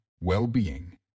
well-being